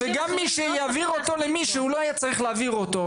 וגם מי שיעביר אותו למישהו ולא היה צריך להעביר אותו,